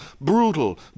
brutal